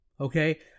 Okay